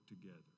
together